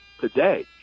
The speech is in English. today